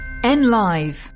NLive